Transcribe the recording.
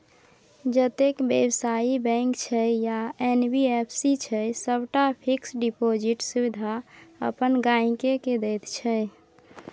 जतेक बेबसायी बैंक छै या एन.बी.एफ.सी छै सबटा फिक्स डिपोजिटक सुविधा अपन गांहिकी केँ दैत छै